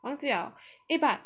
忘记 liao eh but